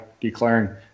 declaring